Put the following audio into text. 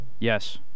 Yes